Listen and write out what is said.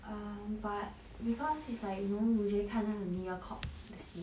um but because it's like you know usually 看那个 Mediacorp 的戏